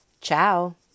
Ciao